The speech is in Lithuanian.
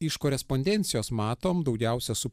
iš korespondencijos matom daugiausia su